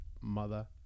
mother